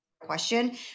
question